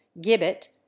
Gibbet